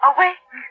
Awake